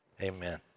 amen